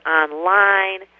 online